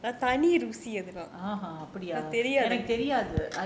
அப்டியா எனக்கு தெரியாது:apdiyaa enakku teriyaathu